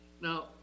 now